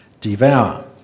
devour